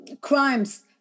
crimes